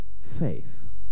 faith